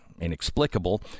inexplicable